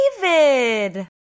David